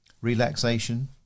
relaxation